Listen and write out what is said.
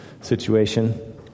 situation